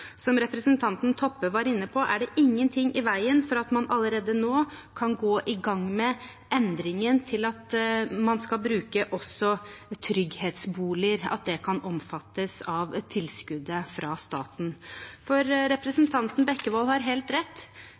Som representanten Toppe var inne på, er det ingenting i veien for at man allerede nå kan gå i gang med endringen til at man kan bruke trygghetsboliger, og at det kan omfattes av tilskuddet fra staten. For representanten Bekkevold har helt rett: